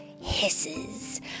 hisses